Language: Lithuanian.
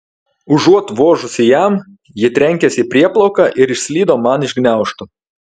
užuot vožusi jam ji trenkėsi į prieplauką ir išslydo man iš gniaužtų